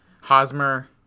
Hosmer